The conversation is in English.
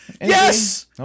Yes